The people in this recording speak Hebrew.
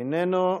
אינו נוכח.